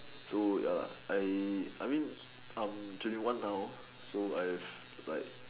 so ya lah I I mean I'm twenty one now so I've like